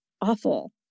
awful